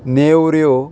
नेवऱ्यो